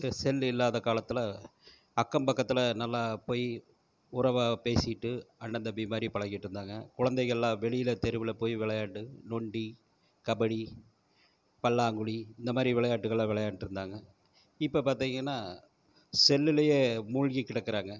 செல் இல்லாத காலத்தில் அக்கம்பக்கத்தில் நல்லா போயி உறவாக பேசிட்டு அண்ணன் தம்பி மாதிரி பழகிட்டுருந்தாங்க குழந்தைங்கள்லாம் வெளியில் தெருவில் போய் விளையாண்டு நொண்டி கபடி பல்லாங்குழி இந்த மாதிரி விளையாட்டுகள விளையாண்ட்டுருந்தாங்க இப்போ பார்த்திங்கன்னா செல்லுலேயே மூழ்கி கிடக்குறாங்க